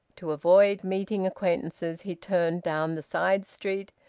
to avoid meeting acquaintances he turned down the side street,